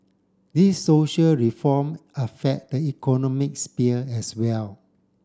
these social reform affect the economics sphere as well